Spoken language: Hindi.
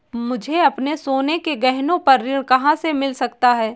मुझे अपने सोने के गहनों पर ऋण कहाँ से मिल सकता है?